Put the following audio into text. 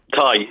Tie